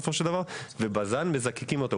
ובז"ן מזקקת אותו.